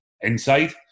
inside